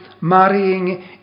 marrying